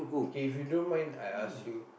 okay if you don't mind I ask you